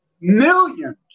Millions